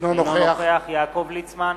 אינו נוכח יעקב ליצמן,